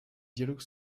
dialogue